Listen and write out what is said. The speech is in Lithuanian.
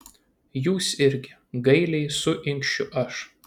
jūs irgi gailiai suinkščiu aš